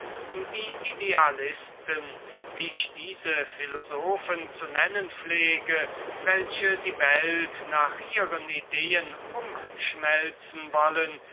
die idealisten wie ich diese philosophen zu nennen pflege welche die welt nach ihren ideen umschmelzen wollen